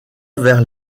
vers